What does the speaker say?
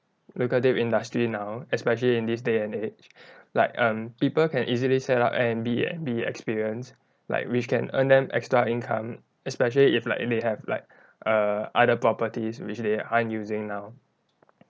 lucrative industry now especially in this day and age like um people can easily set up Airbnb experience like which can earn them extra income especially if like they have like err other properties which they aren't using now